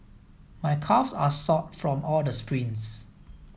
my calves are sore from all the sprints